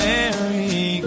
Merry